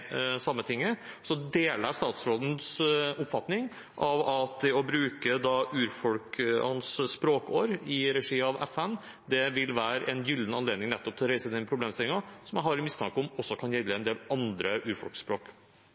Sametinget. Jeg deler statsrådens oppfatning om at å bruke urfolkenes språkår i regi av FN vil være en gyllen anledning til å reise denne problemstillingen, som jeg har en mistanke om at også kan gjelde en del andre urfolksspråk.